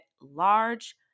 large